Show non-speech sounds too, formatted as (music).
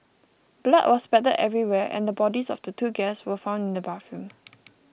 blood was spattered everywhere and the bodies of the two guests were found in the bathroom (noise)